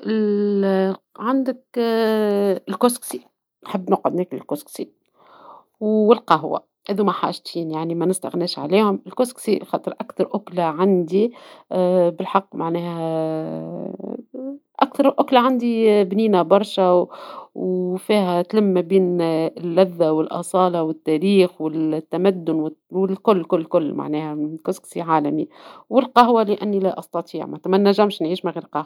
/